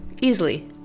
easily